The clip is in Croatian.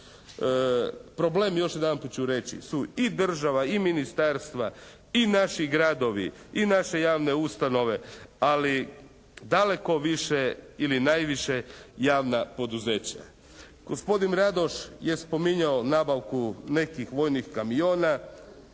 Problem, još jedanput ću reći, su i država i ministarstva i naši gradovi i naše javne ustanove, ali daleko više ili najviše javna poduzeća. Gospodin Radoš je spominjao nabavku nekih vojnih kamiona.